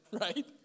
Right